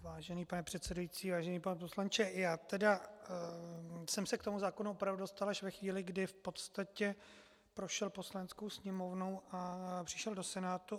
Vážený pane předsedající, vážený pane poslanče, já tedy jsem se k tomu zákonu opravdu dostal až ve chvíli, kdy v podstatě prošel Poslaneckou sněmovnou a přišel do Senátu.